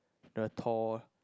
the Thor